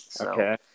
Okay